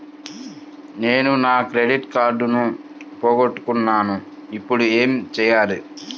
నేను నా క్రెడిట్ కార్డును పోగొట్టుకున్నాను ఇపుడు ఏం చేయాలి?